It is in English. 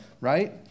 right